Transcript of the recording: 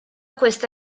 questa